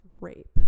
rape